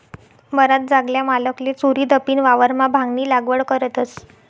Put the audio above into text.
बराच जागल्या मालकले चोरीदपीन वावरमा भांगनी लागवड करतस